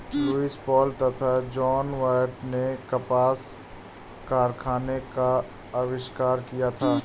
Lewis Paul तथा John Wyatt ने कपास कारखाने का आविष्कार किया था